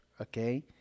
Okay